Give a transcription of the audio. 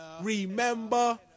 remember